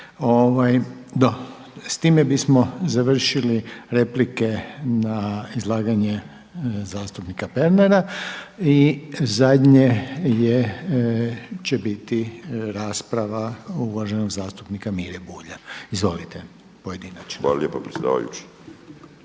S time bismo završili replike na izlaganje zastupnika Pernara. Zadnje će biti rasprava uvaženog zastupnika Mire Bulja, pojedinačno. Izvolite! **Bulj,